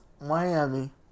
Miami